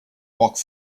walk